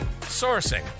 sourcing